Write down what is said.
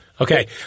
Okay